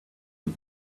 you